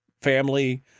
family